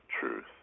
truth